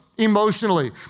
emotionally